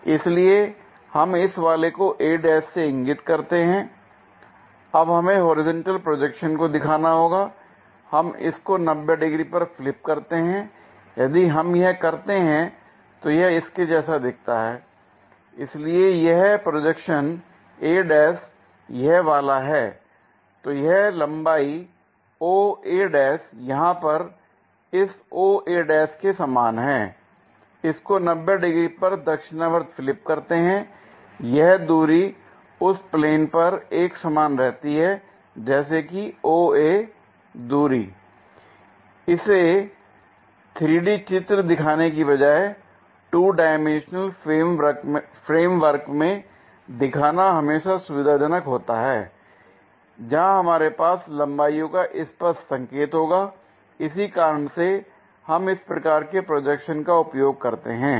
इसलिए हम इस वाले को a' से इंगित करते हैं अब हमें होरिजेंटल प्रोजेक्शन को दिखाना होगा हम इसको 90 डिग्री पर फ्लिप करते हैं यदि हम यह करते हैं तो यह इसके जैसा दिखता है l इसलिए यह प्रोजेक्शन a' यह वाला है l तो यह लंबाई o a' यहां पर इस o a'के समान है l इसको 90 डिग्री पर दक्षिणावर्त फ्लिप करते हैं यह दूरी उस प्लेन पर एक समान रहती है जैसे कि o a दूरी l इसे 3 डी चित्र दिखाने के बजाय 2 डाइमेंशनल फ्रेमवर्क में दिखाना हमेशा सुविधाजनक होता है जहां हमारे पास लंबाईयों का स्पष्ट संकेत होगा इसी कारण से हम इस प्रकार के प्रोजेक्शन का उपयोग करते हैं